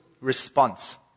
Response